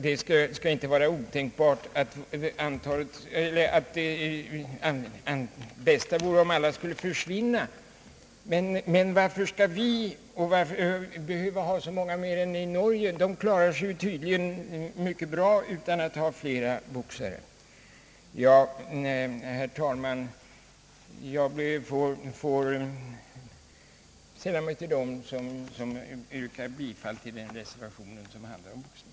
Det bästa vore om alla boxare skulle försvinna. Varför skall vi behöva ha så många fler än man har i Norge -— norrmännen klarar sig tydligen mycket bra utan många hoxare. Ja, herr talman, jag vill sälla mig till dem som yrkar bifall till reservationen mot stöd åt boxningssporten.